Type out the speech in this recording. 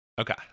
Okay